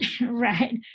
Right